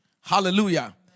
Hallelujah